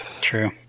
true